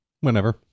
Whenever